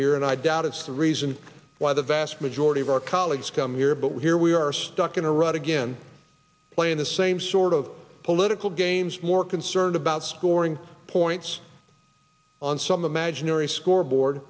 here and i doubt it's the reason why the vast majority of our colleagues come here but here we are stuck in a rut again playing the same sort of political games more concerned about scoring points on some imaginary scoreboard